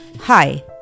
Hi